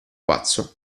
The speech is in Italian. pazzo